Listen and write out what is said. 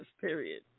period